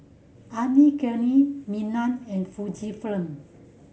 Anne Klein Milan and Fujifilm